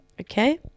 Okay